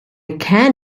can